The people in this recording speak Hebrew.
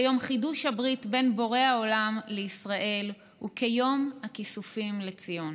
כיום חידוש הברית בין בורא העולם לישראל וכיום הכיסופים לציון.